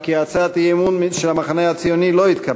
כי הצעת האי-אמון של המחנה הציוני לא התקבלה.